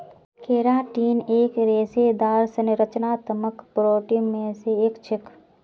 keratin एक रेशेदार संरचनात्मक प्रोटीन मे स एक छेक